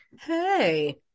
Hey